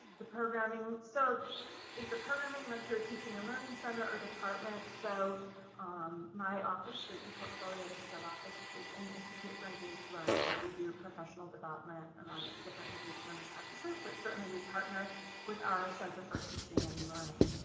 the programming, so is the programming run through a teaching and learning center or department. so my office, the portfolio initiative office is in the institute for engaged learning where we do professional development around different engaged learning practices, but certainly we partner with our center for teaching and learning.